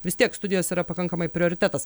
vis tiek studijos yra pakankamai prioritetas